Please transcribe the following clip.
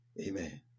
Amen